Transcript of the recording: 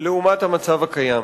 לעומת המצב הקיים.